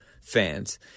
fans